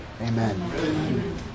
Amen